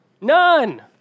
None